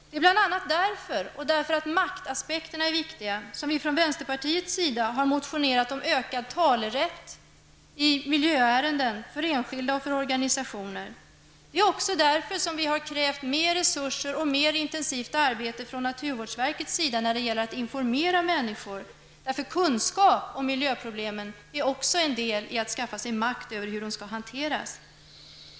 Det är bl.a. därför, men också maktfrågorna är viktiga, som vi i vänsterpartiet har motionerat om en utökad talerätt i miljöärenden såväl för enskilda som för organisationer. Det är också därför som vi har krävt större resurser och ett mera intensivt arbete från naturvårdsverkets sida när det gäller att informera människor. Kunskapen om miljöproblem utgör ju också en del när det gäller detta med att skaffa sig makt över hanteringen av miljöproplemen.